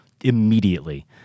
immediately